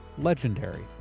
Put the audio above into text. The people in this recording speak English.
legendary